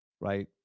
right